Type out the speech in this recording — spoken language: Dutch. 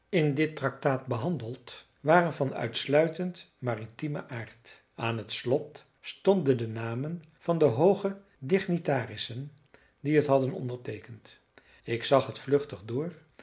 in dit tractaat behandeld waren van uitsluitend maritiemen aard aan t slot stonden de namen van de hooge dignitarissen die het hadden onderteekend ik zag het vluchtig door